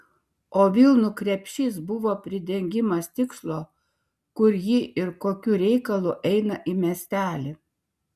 o vilnų krepšys buvo pridengimas tikslo kur ji ir kokiu reikalu eina į miestelį